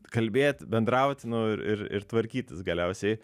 kalbėt bendraut nu ir ir tvarkytis galiausiai